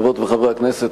חברות וחברי הכנסת,